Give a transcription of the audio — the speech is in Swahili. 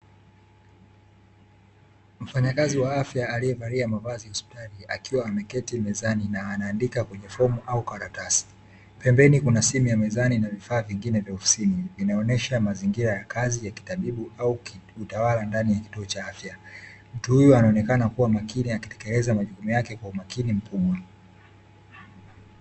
Mfanyakazi wa afya aliyevalia mavazi ya hospitali akiwa ameketi mezani na anaandika kwenye fomu au karatasi, pembeni kuna simu ya mezani na vifaa vingine vya ofisini vinaonyesha mazingira ya kazi ya kitabibu au utawala ndani ya kituo cha afya, mtu huyu anaonekana kuwa makini na kutekeleza majukumu yake kwa umakini mkubwa .